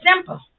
simple